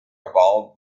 about